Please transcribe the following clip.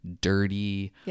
dirty